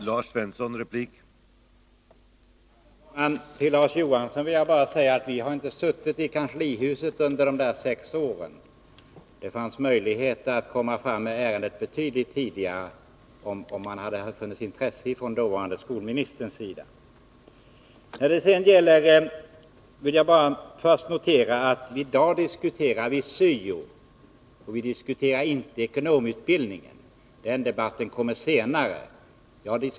Herr talman! Till Larz Johansson vill jag bara säga att vi inte har suttit i kanslihuset under de sex åren. Det fanns möjligheter att komma fram med ärendet betydligt tidigare, om det hade funnits intresse från den dåvarande skolministerns sida. Jag vill notera att vi i dag diskuterar syo, Larz Johansson. Vi diskuterar inte ekonomutbildningen — den debatten kommer senare.